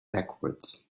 backwards